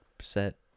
set